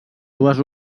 dues